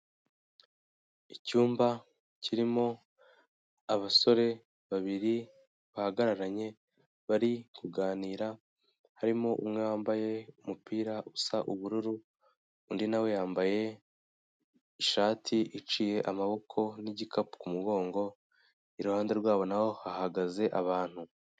Icyumba kirimo abasore babiri bahagararanye bari kuganira harimo umwe wambaye umupira usa ubururu, undi na we yambaye ishati iciye amaboko n'igikapu ku kumugongo, iruhande rwabo na hahagaze abantu.